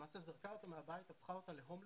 למעשה זרקה אותה מהבית והפכה אותה להומלסית.